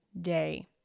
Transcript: day